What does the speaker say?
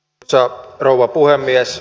arvoisa rouva puhemies